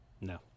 No